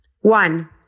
One